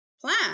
plan